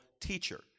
teacher